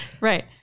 Right